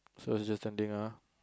so he's just standing ah